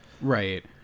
Right